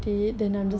oh